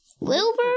Wilbur